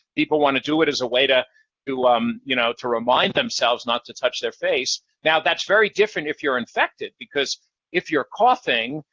people want to do it as a way to to um you know remind themselves not to touch their face. now, that's very different if you're infected, because if you're coughing,